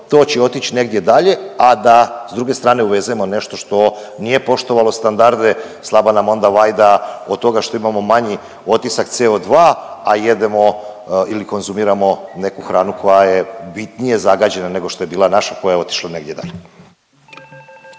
to će otić negdje dalje, a da s druge strane uvezemo nešto što nije poštovalo standarde, slaba nam onda vajda od toga što imamo manji otisak CO2, a jedemo ili konzumiramo neku hranu koja je bitnije zagađena nego što je bila naša koja je otišla negdje dalje.